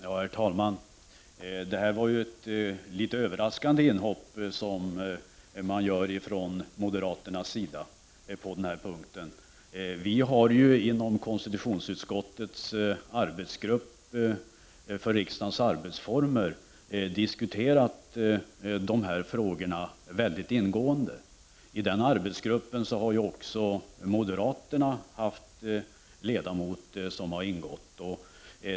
Herr talman! Det är ett något överraskande inhopp som moderaterna gör på den här punkten. Vi inom konstitutionsutskottets arbetsgrupp för riksdagens arbetsformer har ingående diskuterat de här frågorna. I den arbetsgruppen har också moderaterna haft en ledamot med.